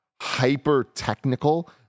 hyper-technical